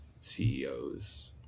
CEOs